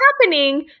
happening